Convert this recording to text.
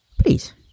Please